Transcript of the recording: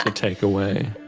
ah take away.